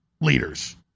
leaders